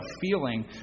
feeling